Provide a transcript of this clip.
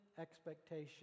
expectation